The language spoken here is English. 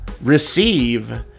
receive